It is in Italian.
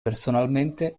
personalmente